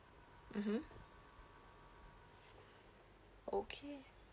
mmhmm okay